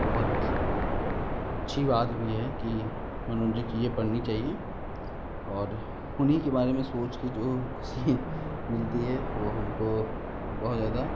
बहुत अच्छी बात भी है कि मनोरंजक चीज़ें पढ़नी चाहिए और उन्हीं के बारे में सोचकर जो एक ख़ुशी मिलती है वह हमको बहुत ज़्यादा